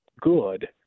good